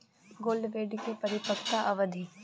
Gold bond के परिपक्वता अवधि?